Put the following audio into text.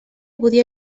podia